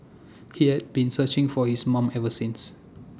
he has been searching for his mom ever since